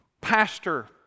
pastor